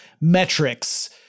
metrics